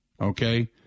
okay